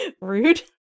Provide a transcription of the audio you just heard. rude